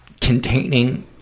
containing